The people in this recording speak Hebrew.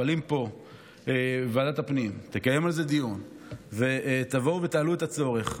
אם פה ועדת הפנים תקיים על זה דיון ותבואו ותעלו את הצורך,